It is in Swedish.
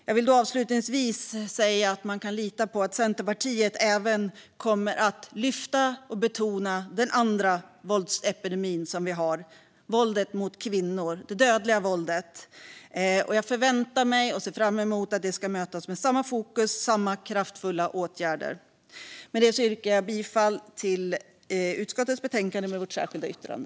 Jag vill avslutningsvis säga att man kan lita på att Centerpartiet även kommer att lyfta och betona den andra våldsepidemin vi har: det dödliga våldet mot kvinnor. Jag förväntar mig och ser fram emot att det ska mötas med samma fokus och lika kraftfulla åtgärder. Med detta yrkar jag bifall till utskottets förslag i betänkandet, med vårt särskilda yttrande.